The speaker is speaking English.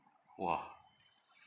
!wah!